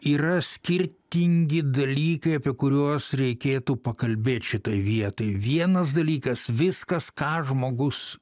yra skirtingi dalykai apie kuriuos reikėtų pakalbėt šitoj vietoj vienas dalykas viskas ką žmogus